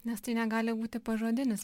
nes tai negali būti pažodinis